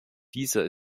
dieser